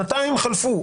שנתיים חלפו,